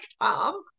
Tom